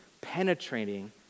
penetrating